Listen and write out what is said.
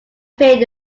appeared